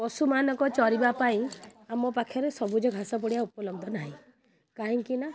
ପଶୁମାନଙ୍କ ଚରିବା ପାଇଁ ଆମ ପାଖରେ ସବୁଜ ଘାସ ପଡ଼ିଆ ଉପଲବ୍ଧ ନାହିଁ କାହିଁକିନା